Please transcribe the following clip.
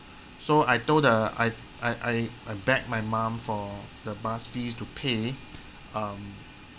so I told the I I I I beg my mum for the bus fees to pay um